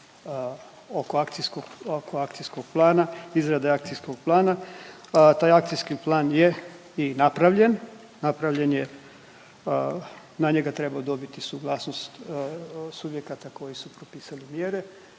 oko akcijskog plana, izrade akcijskog plana. Taj akcijski plan je i napravljen. Napravljen je, na njega treba dobiti suglasnost subjekata koji su pisali mjere